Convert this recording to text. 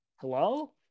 Hello